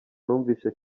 numvise